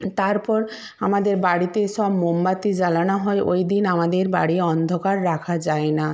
তারপর আমাদের বাড়িতে সব মোমবাতি জ্বালানো হয় ওই দিন আমাদের বাড়ি অন্ধকার রাখা যায় না